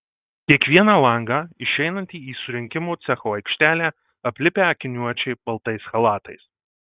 kiekvieną langą išeinantį į surinkimo cecho aikštelę aplipę akiniuočiai baltais chalatais